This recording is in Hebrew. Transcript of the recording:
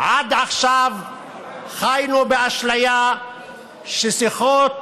עד עכשיו חיינו באשליה ששיחות